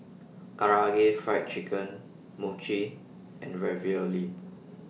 Karaage Fried Chicken Mochi and Ravioli